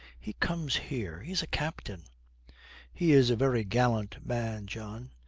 he comes here. he is a captain he is a very gallant man, john.